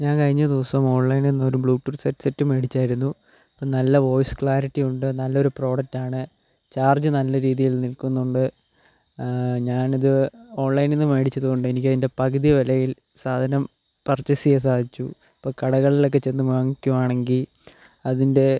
ഞാൻ കഴിഞ്ഞ ദിവസം ഓൺലൈനിൽ നിന്ന് ഒരു ബ്ലൂ ടൂത്ത് ഹെഡ് സെറ്റ് മേടിച്ചായിരുന്നു അപ്പം നല്ല വോയിസ് ക്ലാരിറ്റി ഉണ്ട് നല്ലൊരു പ്രൊഡക്റ്റാണ് ചാർജ് നല്ല രീതിയിൽ നിൽക്കുന്നുണ്ട് ഞാനത് ഓൺലൈനിൽ നിന്ന് മേടിച്ചതുകൊണ്ട് എനിക്കതിൻ്റെ പകുതി വിലയിൽ സാധനം പർച്ചെയ്സ് ചെയ്യാൻ സാധിച്ചു ഇപ്പം കടകളിലൊക്കെ ചെന്ന് വാങ്ങിക്കുകയാണെങ്കിൽ അതിൻ്റെ